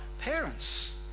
parents